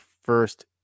first